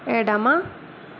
ఎడమ